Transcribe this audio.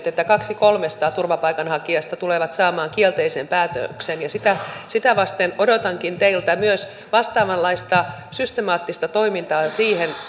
että kaksi kolmesta turvapaikanhakijasta tulee saamaan kielteisen päätöksen ja sitä sitä vasten odotankin teiltä myös vastaavanlaista systemaattista toimintaa siinä